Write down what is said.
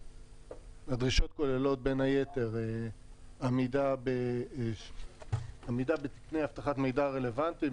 הדרישות כוללות בין היתר עמידה בתקני אבטחת מידע רלבנטיים,